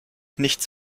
nichts